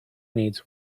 needs